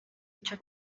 icyo